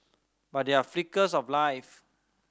but there are flickers of life